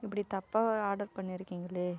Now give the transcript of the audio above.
இப்படி தப்பாக ஆர்டர் பண்ணிருக்கிங்கள்